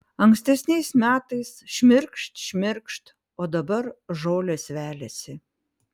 ankstesniais metais šmirkšt šmirkšt o dabar žolės veliasi